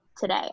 today